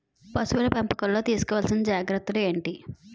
పశువుల పెంపకంలో తీసుకోవల్సిన జాగ్రత్త లు ఏంటి?